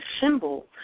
symbol